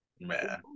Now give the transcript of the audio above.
Man